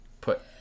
put